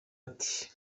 ati